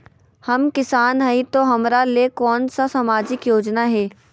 हम किसान हई तो हमरा ले कोन सा सामाजिक योजना है?